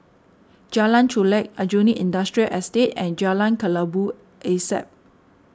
Jalan Chulek Aljunied Industrial Estate and Jalan Kelabu Asap